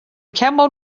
camel